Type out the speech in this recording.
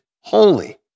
holy